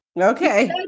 Okay